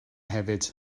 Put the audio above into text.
hefyd